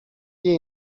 jej